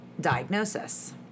diagnosis